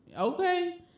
Okay